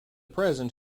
present